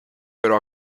pero